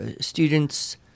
students